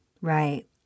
Right